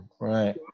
right